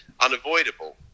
unavoidable